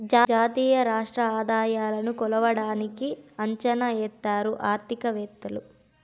జాతీయ రాష్ట్ర ఆదాయాలను కొలవడానికి అంచనా ఎత్తారు ఆర్థికవేత్తలు